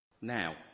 Now